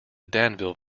danville